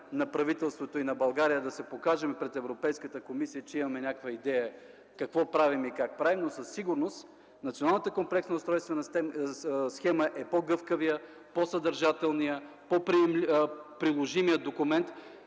на правителството и на България – да се покажем пред Европейската комисия, че имаме идея какво и как правим, но със сигурност Националната комплексна устройствена схема е по-гъвкавият, по-съдържателният, по-приложимият документ,